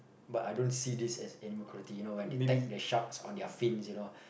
but I don't see this as animal cruelty you know why they tag the sharks on their fins you know